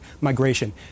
migration